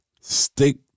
stick